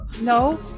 No